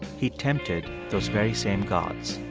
he tempted those very same gods.